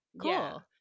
cool